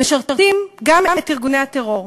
משרתים גם את ארגוני הטרור.